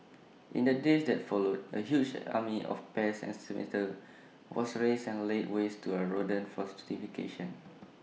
in the days that followed A huge army of pest exterminators was raised and laid waste to the rodent fortification